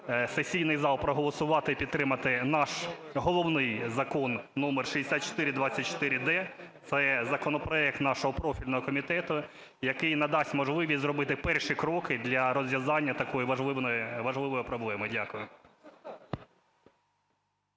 сесійний зал проголосувати і підтримати наш головний Закон №6424-д – це законопроект нашого профільного комітету, який надасть можливість зробити перші кроки для розв'язання такої важливої проблеми. Дякую.